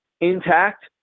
intact